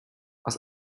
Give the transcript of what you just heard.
aus